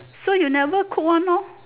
so you never cook one hor